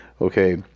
Okay